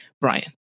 Brian